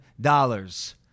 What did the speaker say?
dollars